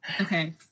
Okay